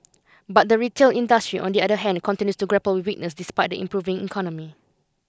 but the retail industry on the other hand continues to grapple weakness despite the improving economy